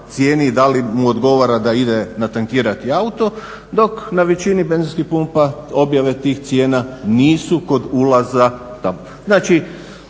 cijeni da li mu odgovara da ide natankirati auto, dok na većini benzinskih pumpa objave tih cijena nisu kod ulaza. Znači